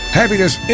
happiness